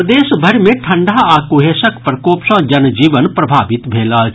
प्रदेश भरि मे ठंढा आ कुंहेसक प्रकोप सॅ जनजीवन प्रभावित भेल अछि